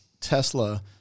Tesla